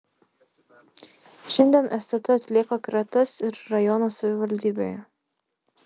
šiandien stt atlieka kratas ir rajono savivaldybėje